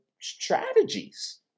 Strategies